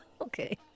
okay